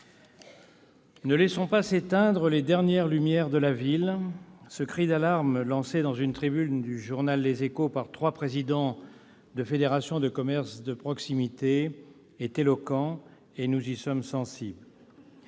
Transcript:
Ne laissons pas s'éteindre les dernières lumières de la ville. » Ce cri d'alarme, lancé dans une tribune du journal par les présidents de trois fédérations de commerces de proximité est éloquent, et nous y sommes sensibles.